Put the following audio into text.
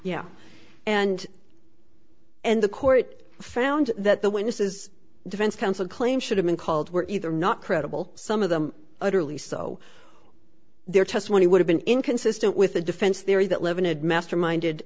yeah and and the court found that the witnesses defense counsel claim should have been called were either not credible some of them utterly so their testimony would have been inconsistent with the defense theory that levin administer minded